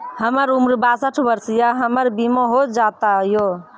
हमर उम्र बासठ वर्ष या हमर बीमा हो जाता यो?